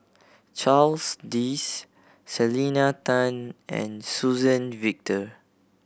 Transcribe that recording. Charles Dyce Selena Tan and Suzann Victor